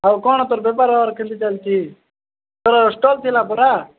ଆଉ କ'ଣ ତୋର ବେପାର ଫେପାର କେମିତି ଚାଲିଛି ତୋର ଷ୍ଟଲ ଥିଲା ପରା